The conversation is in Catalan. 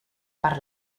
per